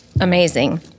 amazing